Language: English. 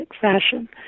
fashion